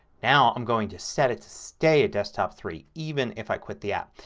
now i'm going to set it to stay at desktop three even if i quit the app.